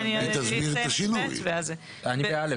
ל-(א),